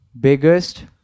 Biggest